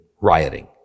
rioting